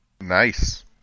Nice